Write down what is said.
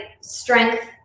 strength